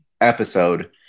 episode